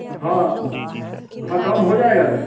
हाँ हाँ काम हो जाएगा ना